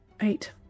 Eight